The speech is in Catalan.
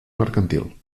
mercantil